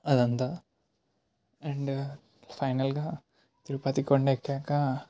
అదంతా అండ్ ఫైనల్గా తిరుపతి కొండ ఎక్కాక